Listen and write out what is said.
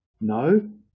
No